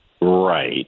Right